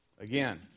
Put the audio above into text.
Again